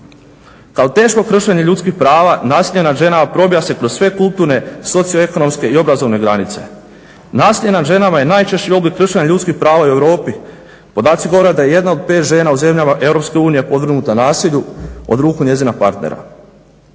Kao teško kršenje ljudskih prava nasilje nad ženama probija se kroz sve kulturne, socio-ekonomske i obrazovne granice. Nasilje nad ženama je najčešći oblik kršenja ljudskih prava i u Europi. Podaci govore da jedna od pet žena u zemljama EU podvrgnuta nasilju od ruku njezina partnera.